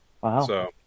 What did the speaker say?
Wow